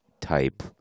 type